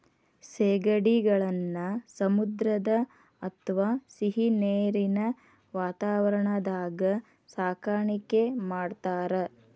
ಸೇಗಡಿಗಳನ್ನ ಸಮುದ್ರ ಅತ್ವಾ ಸಿಹಿನೇರಿನ ವಾತಾವರಣದಾಗ ಸಾಕಾಣಿಕೆ ಮಾಡ್ತಾರ